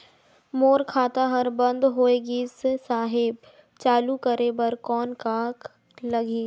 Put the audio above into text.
मोर खाता हर बंद होय गिस साहेब चालू करे बार कौन का लगही?